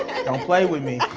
don't play with me.